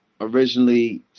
originally